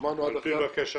על פי בקשתך.